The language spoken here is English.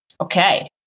Okay